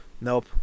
nope